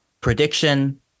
Prediction